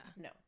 No